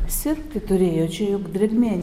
sirgti turėjo čia juk drėgmė